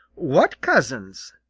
what cousins?